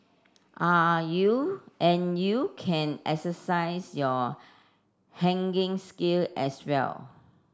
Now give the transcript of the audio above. are you and you can exercise your haggling skill as well